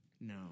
No